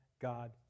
God